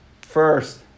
first